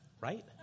right